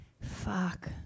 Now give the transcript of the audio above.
Fuck